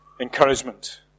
encouragement